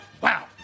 Wow